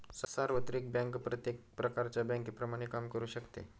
सार्वत्रिक बँक प्रत्येक प्रकारच्या बँकेप्रमाणे काम करू शकते